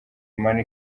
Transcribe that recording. money